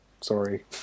Sorry